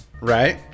Right